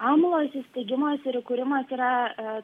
amlo įsisteigimas ir įkūrimas yra